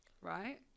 right